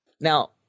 Now